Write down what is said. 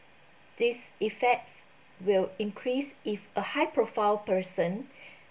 these effects will increase if a high profile person